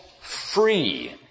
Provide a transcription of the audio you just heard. free